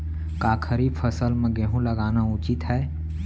का खरीफ फसल म गेहूँ लगाना उचित है?